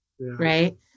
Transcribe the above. Right